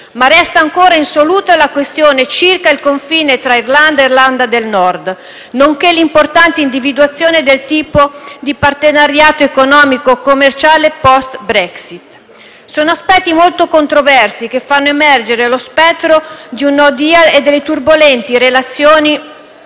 ma resta ancora insoluta la questione circa il confine tra Irlanda e Irlanda del Nord, nonché l'importante individuazione del tipo di partenariato economico-commerciale *post* Brexit. Sono aspetti molto controversi che fanno emergere lo spettro di un *nodeal* e delle turbolenti relazioni